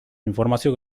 informazio